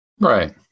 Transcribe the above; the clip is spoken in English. Right